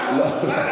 לא,